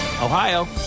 Ohio